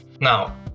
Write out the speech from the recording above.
Now